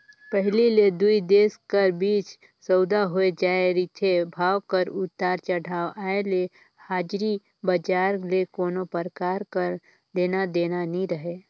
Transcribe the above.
पहिली ले दुई देश कर बीच सउदा होए जाए रिथे, भाव कर उतार चढ़ाव आय ले हाजरी बजार ले कोनो परकार कर लेना देना नी रहें